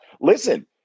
listen